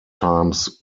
times